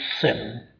sin